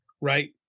right